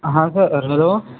ہاں sir hello